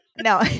No